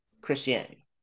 Christianity